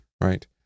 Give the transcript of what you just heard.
right